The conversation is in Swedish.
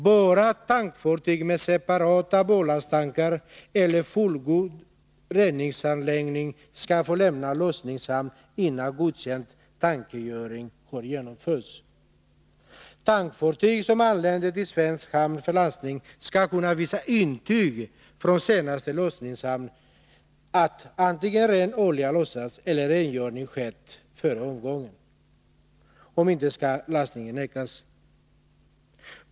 Bara tankfartyg med separata barlasttankar eller fullgod reningsanläggning skall få lämna lossningshamn innan godkänd tankrengöring har genomförts. Tankfartyg som anländer till svensk hamn för lastning skall kunna visa intyg från senaste lossningshamn om att antingen ren olja lossats eller rengöring skett före avgången. Om inte, skall lastning nekas.